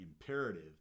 imperative